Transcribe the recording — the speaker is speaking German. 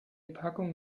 packung